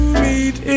meet